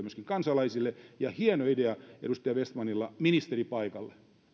myöskin kansalaisille ja hieno idea edustaja vestmanilla ministeri paikalle